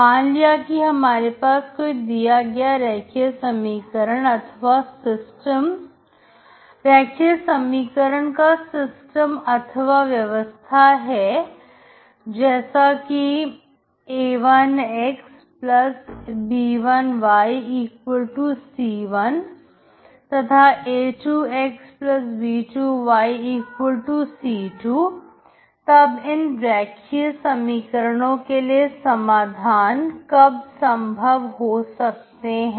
मान लिया कि हमारे पास कोई दिया गया रेखीय समीकरण का सिस्टम अथवा व्यवस्था है जैसा कि a1xb1yc1 तथा a2xb2yc2 तब इन रेखीय समीकरणों के लिए समाधान कब संभव हो सकते हैं